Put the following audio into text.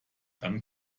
dann